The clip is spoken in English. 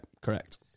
correct